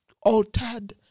altered